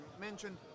mentioned